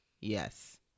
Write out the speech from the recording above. yes